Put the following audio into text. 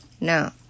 Now